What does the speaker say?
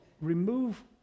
remove